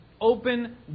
open